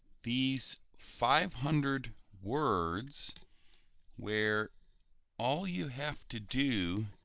these five hundred words where all you have to do